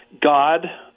God